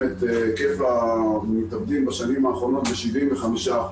את היקף המתאבדים בשנים האחרונות ב-75%.